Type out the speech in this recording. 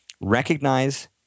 recognize